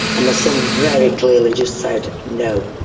my son very clearly just said, no.